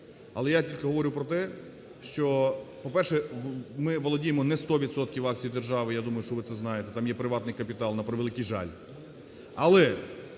Але я тільки говорю про те, що… По-перше, ми володіємо не 100 відсотками акцій держави, я думаю, що ви це знаєте, там є приватний капітал, на превеликий жаль.